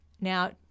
Now